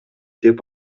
деп